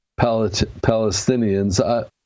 Palestinians